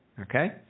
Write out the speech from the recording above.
Okay